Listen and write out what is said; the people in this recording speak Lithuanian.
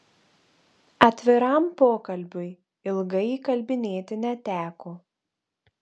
atviram pokalbiui ilgai įkalbinėti neteko